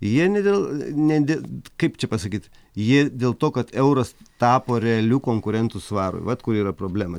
jie ne dėl ne dė kaip čia pasakyt jie dėl to kad euras tapo realiu konkurentu svarui vat kur yra problema